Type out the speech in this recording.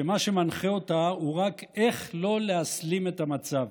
שמה שמנחה אותה הוא רק איך לא להסלים את המצב,